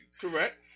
Correct